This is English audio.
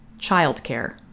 childcare